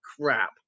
crap